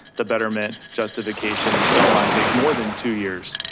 the betterment, justification, and so on takes more than two years.